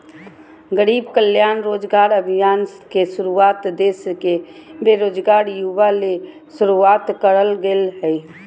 गरीब कल्याण रोजगार अभियान के शुरुआत देश के बेरोजगार युवा ले शुरुआत करल गेलय हल